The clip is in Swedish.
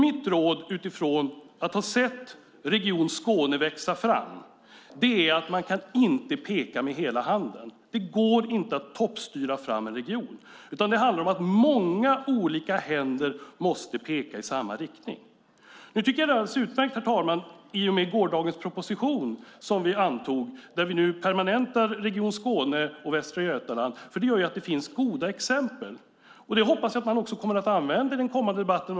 Mitt råd, utifrån att ha sett Region Skåne växa fram, är att man inte ska peka med hela handen. Det går inte att toppstyra fram en region. Det handlar om att många olika händer måste peka i samma riktning. Herr talman! I och med att vi i går antog en proposition permanentar vi nu Region Skåne och Västra Götaland. Det gör att det finns goda exempel. Jag hoppas att man också kommer att använda dessa i den kommande debatten.